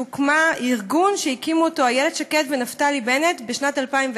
ארגון שהקימו איילת שקד ונפתלי בנט בשנת 2010,